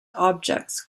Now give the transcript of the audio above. objects